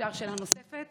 אפשר שאלה נוספת?